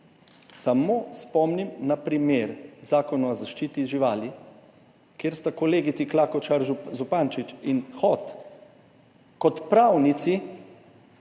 samo spomnim na primer Zakona o zaščiti živali, kjer sta kolegici Klakočar Zupančič in Hot kot pravnici